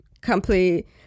complete